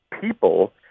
people